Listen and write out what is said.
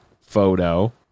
photo